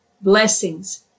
Blessings